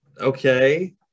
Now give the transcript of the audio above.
Okay